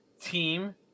team